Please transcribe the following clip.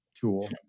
tool